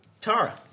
Tara